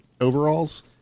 overalls